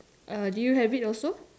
uh do you have it also